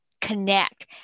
connect